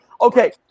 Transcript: okay